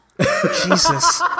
Jesus